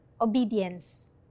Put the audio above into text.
obedience